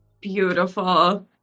Beautiful